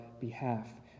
behalf